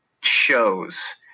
shows